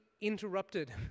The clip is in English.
interrupted